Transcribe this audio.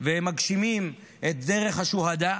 והם מגשימים את דרך השוהדא.